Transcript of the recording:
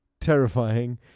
terrifying